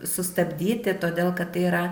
sustabdyti todėl kad tai yra